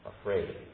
afraid